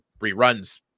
reruns